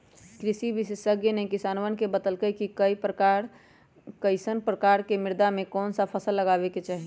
कृषि विशेषज्ञ ने किसानवन के बतल कई कि कईसन प्रकार के मृदा में कौन सा फसल लगावे के चाहि